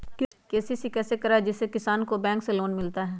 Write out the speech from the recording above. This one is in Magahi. के.सी.सी कैसे कराये जिसमे किसान को बैंक से लोन मिलता है?